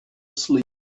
sleep